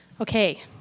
Okay